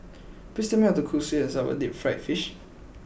please tell me how to cook Sweet and Sour Deep Fried Fish